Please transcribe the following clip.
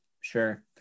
sure